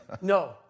No